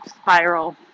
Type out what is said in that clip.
spiral